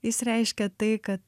jis reiškia tai kad